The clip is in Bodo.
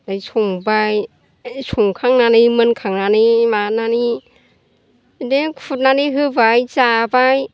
संबाय संखांनानै मोनखांनानै माबानानै दे खुरनानै होबाय जाबाय